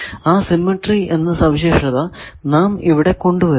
ആ സിമെട്രി എന്ന സവിശേഷത നാം ഇവിടെ കൊണ്ട് വരുന്നു